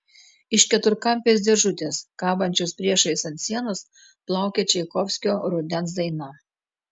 iš keturkampės dėžutės kabančios priešais ant sienos plaukė čaikovskio rudens daina